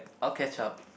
I'll catch up